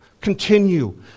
continue